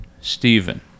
Stephen